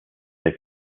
they